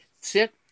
sit